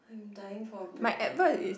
dying for break ya